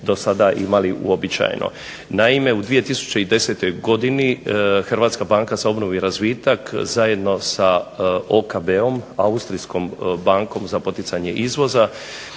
do sada imali uobičajeno. Naime, u 2010. godini HBOR zajedno sa OKB-om Austrijskom bankom za poticanje izvoza